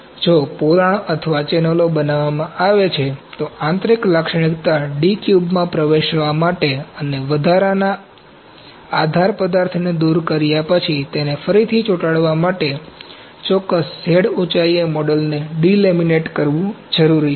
જો પોલાણ અથવા ચેનલો બનાવવામાં આવે છે તો આંતરિક લાક્ષણિક્તા ડી ક્યુબમાં પ્રવેશ મેળવવા માટે અને વધારાના આદર પદાર્થને દૂર કર્યા પછી તેને ફરીથી ચોટાડવા માટે ચોક્કસ Z ઊંચાઈએ મોડેલને ડિલેમિનેટ કરવું જરૂરી છે